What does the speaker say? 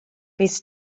his